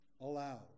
allow